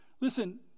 Listen